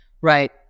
Right